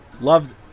Loved